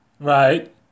Right